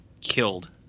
killed